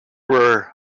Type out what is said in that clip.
were